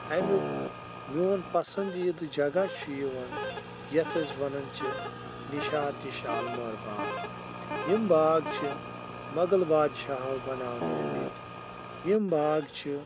اَمیُٚک میون پَسنٛدیٖدٕ جگہ چھُ یِوان یَتھ أسۍ وَنان چھِ نِشاط تہٕ شالمٲر باغ یِم باغ چھِ مغل بادشاہو بَناونٲومٕتۍ یِم باغ چھِ